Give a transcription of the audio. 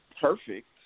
perfect